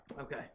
okay